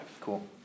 Cool